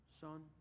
Son